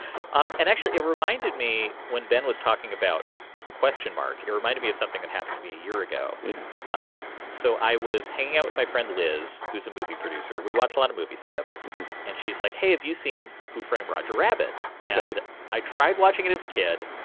um and actually, it reminded me when ben was talking about the question mark, it reminded me of something that happened to be a year ago yeah um so i was hanging out with my friend, liz, who's a movie producer. we watch a lot of movies together and she's like, hey, have you seen who framed roger rabbit? and yeah i tried watching it as a kid.